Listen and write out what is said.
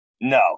No